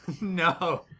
No